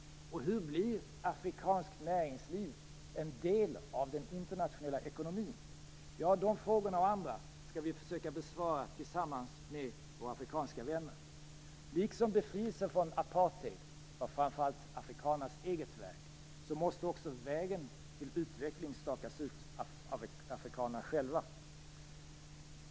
Hur blir afrikanskt näringsliv en del av den internationella ekonomin? Dessa frågor och andra skall vi försöka besvara tillsammans med våra afrikanska vänner. Liksom befrielsen från apartheid var framför allt afrikanernas eget verk, måste också vägen till utveckling stakas ut av afrikanerna själva.